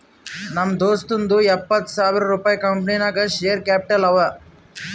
ನಮ್ ದೋಸ್ತುಂದೂ ಎಪ್ಪತ್ತ್ ಸಾವಿರ ರುಪಾಯಿ ಕಂಪನಿ ನಾಗ್ ಶೇರ್ ಕ್ಯಾಪಿಟಲ್ ಅವ